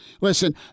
Listen